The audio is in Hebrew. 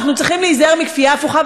אנחנו צריכים להיזהר מכפייה הפוכה.